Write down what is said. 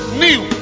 new